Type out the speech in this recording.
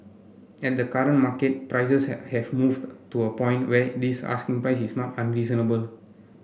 and the current market prices have moved to a point where this asking price is not unreasonable